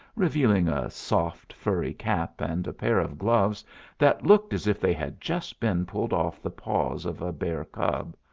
revealing a soft, furry cap and a pair of gloves that looked as if they had just been pulled off the paws of a bear cub,